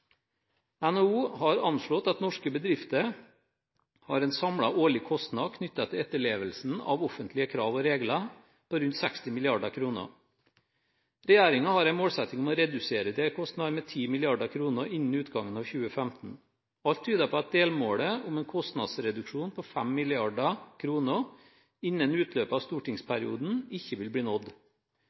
NHO har anslått at norske bedrifter har en samlet årlig kostnad knyttet til etterlevelsen av offentlige krav og regler på rundt 60 mrd. kr. Regjeringen har en målsetting om å redusere disse kostnadene med 10 mrd. kr innen utgangen av 2015. Alt tyder på at delmålet om en kostnadsreduksjon på 5 mrd. kr innen utløpet av stortingsperioden ikke vil bli nådd.